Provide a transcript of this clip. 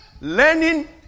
Learning